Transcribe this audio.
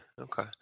okay